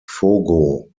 fogo